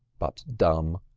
but dumb.